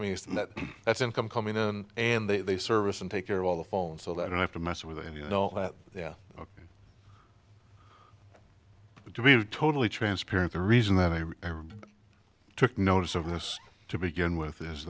mean that's income coming in and they they service and take care of all the fallen so that i don't have to mess with any and all that but to be totally transparent the reason that i ever took notice of this to begin with is